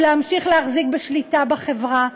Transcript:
ולהמשיך להחזיק בשליטה בחברה.